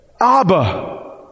Abba